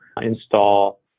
install